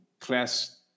class